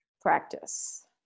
practice